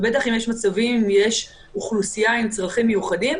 ובטח אם יש מצבים של אוכלוסייה עם צרכים מיוחדים.